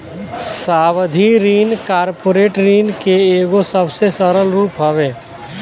सावधि ऋण कॉर्पोरेट ऋण के एगो सबसे सरल रूप हवे